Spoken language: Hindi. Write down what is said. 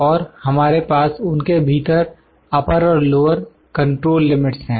और हमारे पास उनके भीतर अपर और लोअर कंट्रोल लिमिट्स हैं